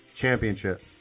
Championship